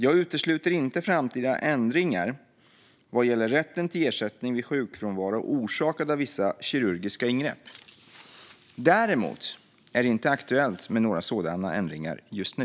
Jag utesluter inte framtida ändringar vad gäller rätten till ersättning vid sjukfrånvaro orsakad av vissa kirurgiska ingrepp. Däremot är det inte aktuellt med några sådana ändringar just nu.